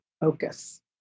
Focus